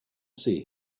see